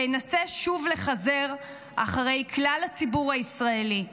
וינסה שוב לחזר אחרי כלל הציבור הישראלי.